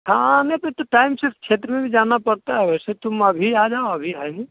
थाने पर तो टाइम सिर्फ़ क्षेत्र में भी जाना पड़ता है वैसे तुम अभी आ जाओ अभी है ही